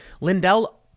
Lindell